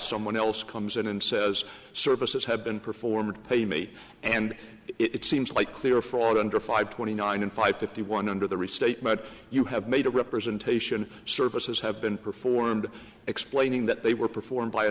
someone else comes in and says services have been performed pay me and it seems like clear fraud under five twenty nine and five fifty one under the restatement you have made a representation services have been performed explaining that they were performed by a